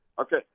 Okay